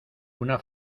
una